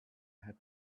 had